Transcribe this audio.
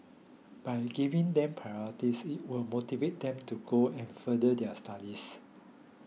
by giving them priorities it will motivate them to go and further their studies